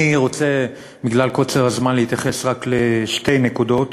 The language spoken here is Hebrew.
אני רוצה בגלל קוצר הזמן להתייחס רק לשתי נקודות.